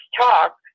talk